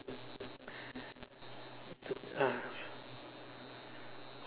the ah